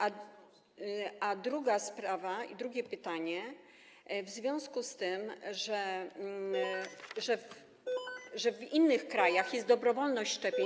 A druga sprawa i drugie pytanie w związku z tym, że w innych krajach jest dobrowolność szczepień.